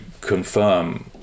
confirm